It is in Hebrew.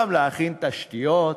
גם להכין תשתיות,